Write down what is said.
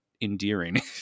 endearing